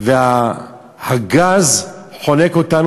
והגז חונק אותנו.